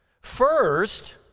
First